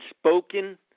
spoken